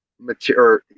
material